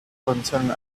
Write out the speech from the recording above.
concerned